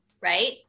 right